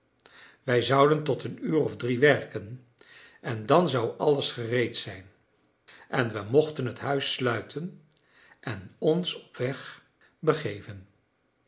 wij zouden tot een uur of drie werken en dan zou alles gereed zijn en we mochten het huis sluiten en ons op weg begeven